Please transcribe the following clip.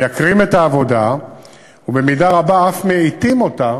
מייקרים את העבודה ובמידה רבה אף מאטים אותה,